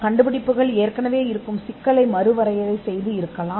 கண்டுபிடிப்புகள் ஏற்கனவே இருக்கும் சிக்கலை மறுவரையறை செய்து தீர்க்கலாம்